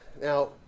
Now